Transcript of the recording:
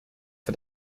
for